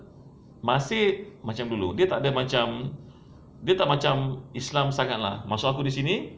masih macam dulu dia takde macam dia tak macam islam sangat lah maksud aku di sini